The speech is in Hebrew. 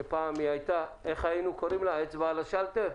שפעם היינו קוראים לה "אצבע על השלטר",